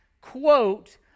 quote